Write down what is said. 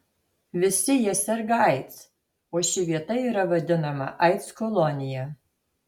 visi jie serga aids o ši vieta yra vadinama aids kolonija